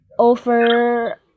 over